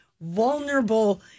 vulnerable